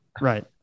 Right